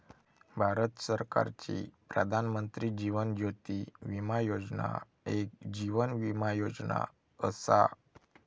भारत सरकारची प्रधानमंत्री जीवन ज्योती विमा योजना एक जीवन विमा योजना असा